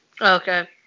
Okay